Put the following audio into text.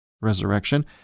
resurrection